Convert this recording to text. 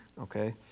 okay